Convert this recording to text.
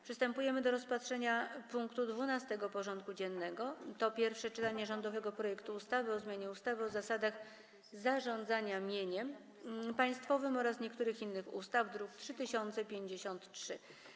Przystępujemy do rozpatrzenia punktu 12. porządku dziennego: Pierwsze czytanie rządowego projektu ustawy o zmianie ustawy o zasadach zarządzania mieniem państwowym oraz niektórych innych ustaw (druk nr 3053)